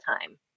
time